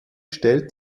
stellt